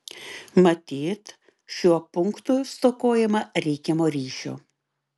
matyt šiuo punktu stokojama reikiamo ryšio